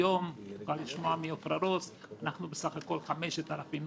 היום נותרנו בסך הכול 5,000,